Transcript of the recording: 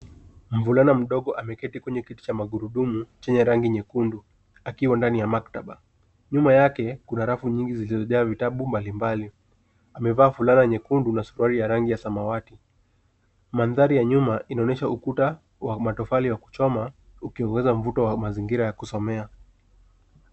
Mvulana mdogo ameketi kwenye kiti cha magurudumu chenye rangi nyekundu akiwa ndani ya maktaba nyuma yake kuna rafu nyingi zilizo jaa vitabu mbali mbali amevaa fulana nyekundu na suruali ya rangi ya samawati. Mandhari ya nyuma inaonyesha ukuta wa matofali ya kuchoma ukiongeza mvuti wa mazingira ya kusomea.